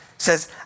says